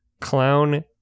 Clown